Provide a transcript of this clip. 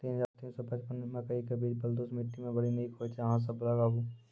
तीन हज़ार तीन सौ पचपन मकई के बीज बलधुस मिट्टी मे बड़ी निक होई छै अहाँ सब लगाबु?